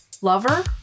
lover